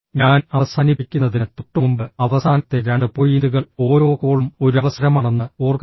ഞാൻ അവസാനിപ്പിക്കുന്നതിന് തൊട്ടുമുമ്പ് അവസാനത്തെ രണ്ട് പോയിന്റുകൾ ഓരോ കോളും ഒരു അവസരമാണെന്ന് ഓർക്കുക